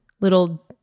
little